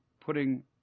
putting